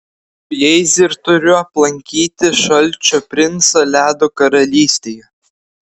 su jais ir turiu aplankyti šalčio princą ledo karalystėje